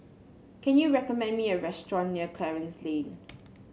can you recommend me a restaurant near Clarence Lane